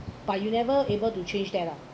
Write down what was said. but you never able to change that lah